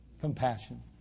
Compassion